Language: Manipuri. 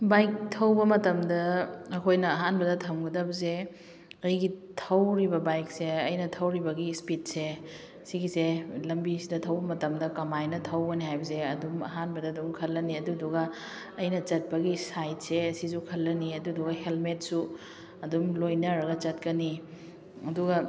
ꯕꯥꯏꯛ ꯊꯧꯕ ꯃꯇꯝꯗ ꯑꯩꯈꯣꯏꯅ ꯑꯍꯥꯟꯕꯗ ꯊꯝꯒꯗꯕꯁꯦ ꯑꯩꯒꯤ ꯊꯧꯔꯤꯕ ꯕꯥꯏꯛꯁꯦ ꯑꯩꯅ ꯊꯧꯔꯤꯕꯒꯤ ꯏꯁꯄꯤꯠꯁꯦ ꯁꯤꯒꯤꯁꯦ ꯂꯝꯕꯤꯁꯤꯗ ꯊꯧꯕ ꯃꯇꯝꯗ ꯀꯃꯥꯏꯅ ꯊꯧꯒꯅꯤ ꯍꯥꯏꯕꯁꯦ ꯑꯗꯨꯝ ꯑꯍꯥꯟꯕꯗ ꯑꯗꯨꯝ ꯈꯜꯂꯅꯤ ꯑꯗꯨꯗꯨꯒ ꯑꯩꯅ ꯆꯠꯄꯒꯤ ꯁꯥꯏꯠꯁꯦ ꯁꯤꯁꯨ ꯈꯜꯂꯅꯤ ꯑꯗꯨꯗꯨꯒ ꯍꯦꯜꯃꯦꯠꯁꯨ ꯑꯗꯨꯝ ꯂꯣꯏꯅꯔꯒ ꯆꯠꯀꯅꯤ ꯑꯗꯨꯒ